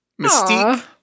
Mystique